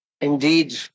indeed